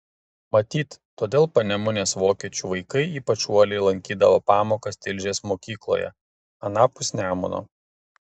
matyt todėl panemunės vokiečių vaikai ypač uoliai lankydavo pamokas tilžės mokykloje anapus nemuno